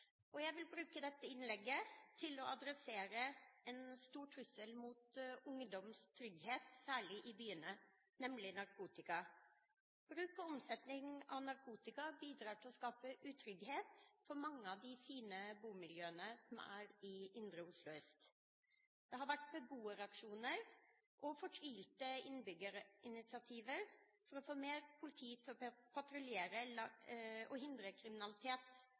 Jeg vil bruke dette innlegget til å adressere en stor trussel mot ungdoms trygghet, særlig i byene, nemlig narkotika. Bruk og omsetning av narkotika bidrar til å skape utrygghet i mange av de fine bomiljøene som er i Oslo indre øst. Det har vært beboeraksjoner og initiativer fra fortvilte innbyggere for å få mer politi til å patruljere og hindre kriminalitet